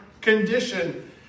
condition